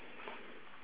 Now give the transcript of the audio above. okay